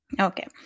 Okay